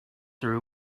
though